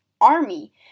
army